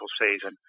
season